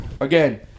again